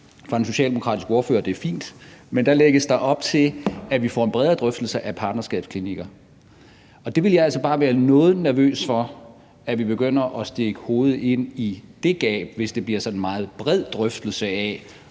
fra den socialdemokratiske ordførers side – det er fint – at vi får en bredere drøftelse af partnerskabsklinikker. Det ville jeg altså bare være noget nervøs for, altså at vi begynder at stikke hovedet ind i det gab, så det bliver en sådan meget bred drøftelse af,